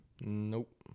Nope